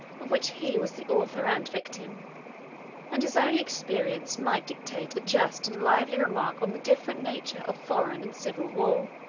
of which he was the author and victim and his own experience might dictate a just and lively remark on the different nature of foreign and civil war.